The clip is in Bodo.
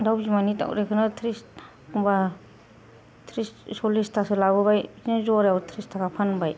दाउ बिमानि दाउदैखौनो थ्रिस एखमब्ला सलिसथासो लाबोबाय बिदिनो जरायाव थ्रिस थाखा फानबाय